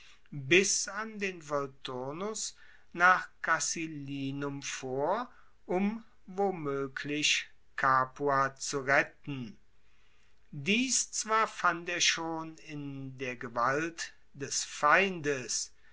bis an den volturnus nach casilinum vor um womoeglich capua zu retten dies zwar fand er schon in der gewalt des feindes